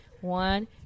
One